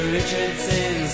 Richardson